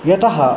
यतः